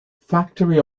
factory